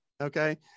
Okay